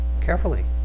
carefully